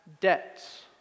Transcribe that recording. debts